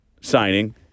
signing